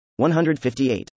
158